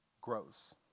grows